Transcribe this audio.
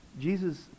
Jesus